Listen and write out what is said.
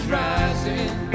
rising